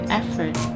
effort